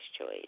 choice